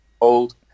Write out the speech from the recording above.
old